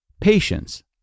patience